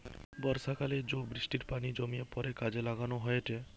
বর্ষাকালে জো বৃষ্টির পানি জমিয়ে পরে কাজে লাগানো হয়েটে